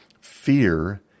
fear